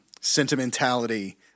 sentimentality